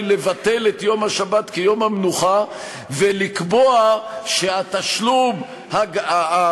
לבטל את יום השבת כיום המנוחה ולקבוע שהתשלום הגבוה